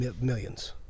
millions